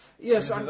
Yes